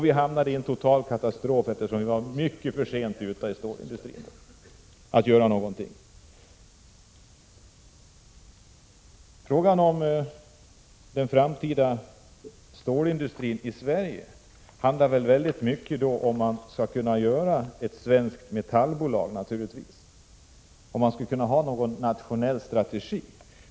Vi hamnade i en total katastrof, eftersom vi var alldeles för sent ute inom stålindustrin när det gällde att göra någonting. Frågan om den framtida stålindustrin i Sverige handlar naturligtvis väldigt mycket om huruvida man skall kunna göra ett svenskt metallbolag, om man skall kunna ha någon nationell strategi.